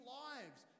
lives